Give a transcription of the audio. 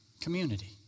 community